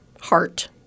heart